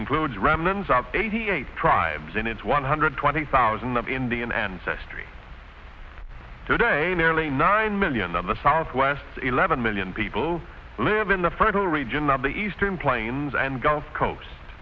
are eighty eight tribes in its one hundred twenty thousand of indian ancestry today nearly nine million of the southwest eleven million people live in the fertile region of the eastern plains and gulf coast